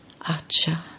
Acha